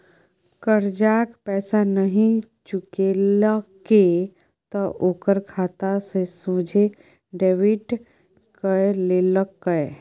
करजाक पैसा नहि चुकेलके त ओकर खाता सँ सोझे डेबिट कए लेलकै